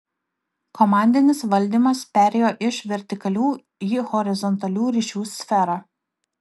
komandinis valdymas perėjo iš vertikalių į horizontalių ryšių sferą